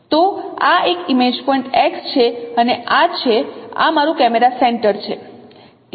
તો આ એક ઈમેજ પોઇન્ટ x છે અને આ છે આ મારું કેમેરા સેન્ટર છે